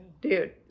Dude